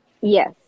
Yes